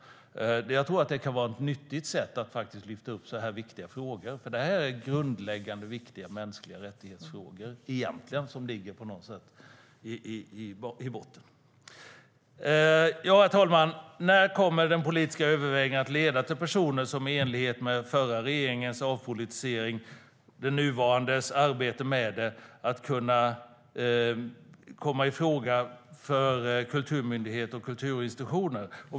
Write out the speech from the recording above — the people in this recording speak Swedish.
Jag tror att det kan vara ett nyttigt sätt att lyfta upp frågor som är så viktiga, för egentligen är det grundläggande frågor om mänskliga rättigheter som ligger i botten. Herr talman! När kommer de politiska övervägandena att leda till personer som i enlighet med förra regeringens avpolitisering, och den nuvarande regeringens arbete med det, kan komma i fråga för kulturmyndigheter och kulturinstitutioner?